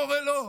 פה אומרים: לא.